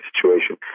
situation